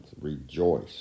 Rejoice